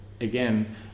again